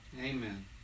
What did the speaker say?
amen